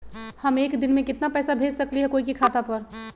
हम एक दिन में केतना पैसा भेज सकली ह कोई के खाता पर?